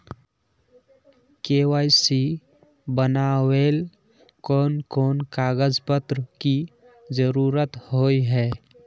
KYC बनावेल कोन कोन कागज पत्र की जरूरत होय है?